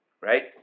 Right